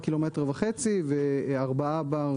1.5 קילומטר ו-4 בר,